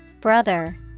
Brother